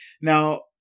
Now